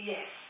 Yes